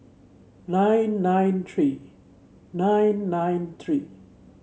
nine nine three nine nine three